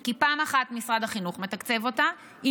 כי פעם אחת משרד החינוך מתקצב אותה, היא